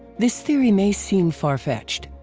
this theory may seem far-fetched,